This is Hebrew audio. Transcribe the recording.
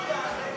יצחק הרצוג,